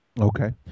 Okay